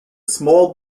small